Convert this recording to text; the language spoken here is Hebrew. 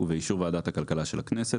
ובאישור ועדת הכלכלה של הכנסת,